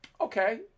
okay